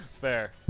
Fair